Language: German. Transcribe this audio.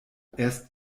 erst